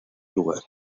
lugar